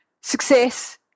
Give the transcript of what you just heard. Success